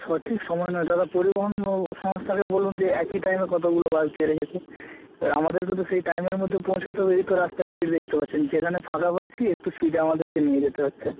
সঠিক সময় নয় দাদা পরিবহন সংস্থাকে বলুন যে একই টাইমে কতগুলো বাস দিয়ে রেখেছে এবার আমাদেরকেও তো সেই টাইমের মধ্যে পৌঁছতে হবে এই তো রাস্তায় ভিড় দেখতে পাচ্ছেন যেখানে ফাঁকা পাচ্ছি একটু স্পিডে আমাদেরকে নিয়ে যেতে হচ্ছে